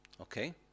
Okay